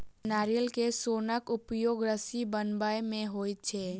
नारियल के सोनक उपयोग रस्सी बनबय मे होइत छै